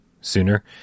sooner